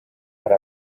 ari